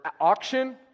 Auction